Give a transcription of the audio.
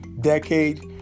decade